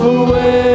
away